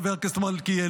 חבר הכנסת מלכיאלי,